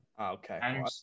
Okay